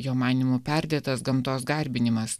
jo manymu perdėtas gamtos garbinimas